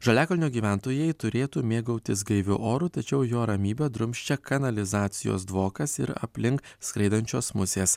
žaliakalnio gyventojai turėtų mėgautis gaiviu oru tačiau jo ramybę drumsčia kanalizacijos dvokas ir aplink skraidančios musės